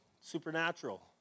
supernatural